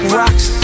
rocks